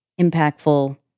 impactful